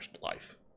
life